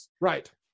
Right